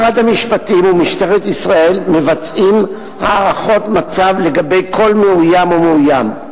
משרד המשפטים ומשטרת ישראל מבצעים הערכות מצב לגבי כל מאוים ומאוים.